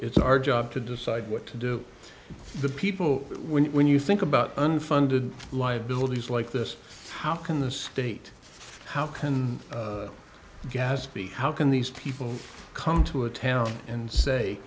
it's our job to decide what to do the people we you think about unfunded liabilities like this how can this state how can gas be how can these people come to a town and say